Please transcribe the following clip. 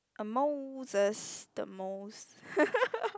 a Moses the most